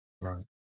Right